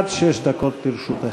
עד שש דקות לרשותך.